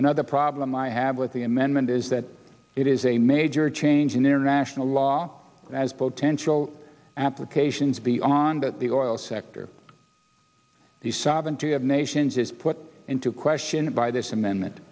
another problem i have with the amendment is that it is a major change in international law as potential applications beyond the oil sector the sovereignty of nations is put into question by this amendment